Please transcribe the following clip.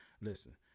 Listen